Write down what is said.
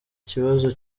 kibazo